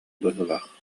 быһыылаах